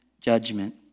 judgment